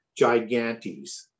gigantes